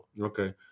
Okay